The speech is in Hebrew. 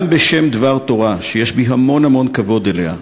גם בשם דבר תורה, ויש בי המון המון כבוד אליה,